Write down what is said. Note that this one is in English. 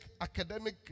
academic